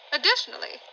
Additionally